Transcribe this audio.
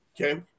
okay